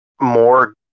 more